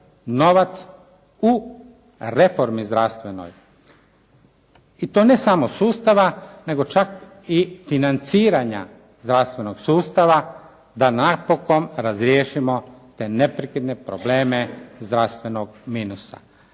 u reformi zdravstvenoj. I to ne samo sustava nego čak i financiranja zdravstvenog sustava da napokon razriješimo te neprekidne probleme zdravstvenog minusa.